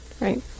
Right